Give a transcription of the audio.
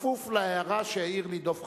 כפוף לההערה שהעיר לי דב חנין,